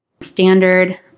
standard